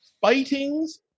Fighting's